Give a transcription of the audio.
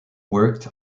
worked